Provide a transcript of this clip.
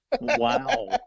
Wow